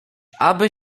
aby